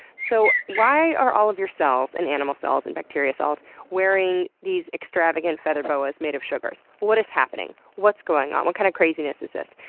so, why are all of your cells and animal cells and bacteria cells wearing these extravagant feather boas made of sugars? what is happening? what's going on? what kind of craziness is this?